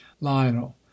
lionel